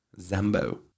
Zambo